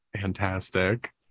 fantastic